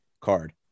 card